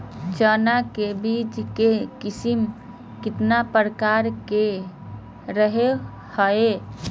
चना के बीज के किस्म कितना प्रकार के रहो हय?